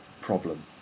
problem